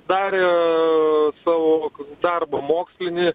darė savo darbą mokslinį